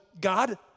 God